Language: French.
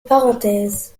parenthèses